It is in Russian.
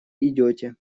идете